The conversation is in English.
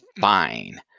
fine